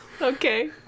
Okay